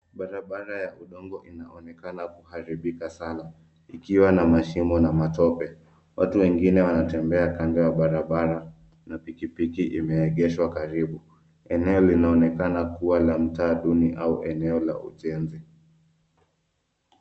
Barabara ya udongo inaonekana kuharibika sana ikiwa na mashimo na matope. Watu wengine wanatembea kando ya barabara na pikipiki imeegeshwa karibu. Eneo linaoonekana kuwa la mtaa duni au eneo la ujenzi.